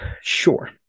Sure